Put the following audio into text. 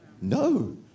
No